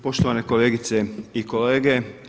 Poštovane kolegice i kolege.